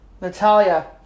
Natalia